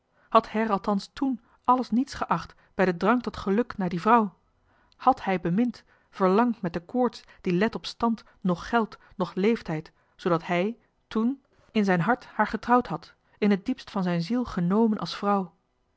had her althans ten alles niets geacht bij den drang tot geluk naar die vrouw hàd hij bemind verlangd met de koorts die let op stand johan de meester de zonde in het deftige dorp noch geld noch leeftijd zoodat hij ten in zijn hart haar getrouwd had in het diepst van zijn ziel genomen als vrouw